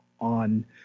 on